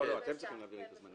לא, אתם צריכים להבהיר את הזמנים.